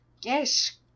Yes